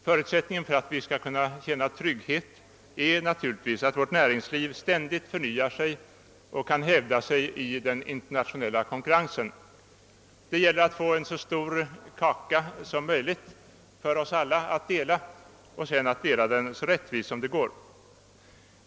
Förutsättningen för att vi skall kunna känna trygghet är naturligtvis att vårt näringsliv ständigt förnyar sig och kan hävda sig i den internationella konkurrensen. Det gäller att få en så stor kaka som möjligt att dela och att sedan dela den så rättvist som det går.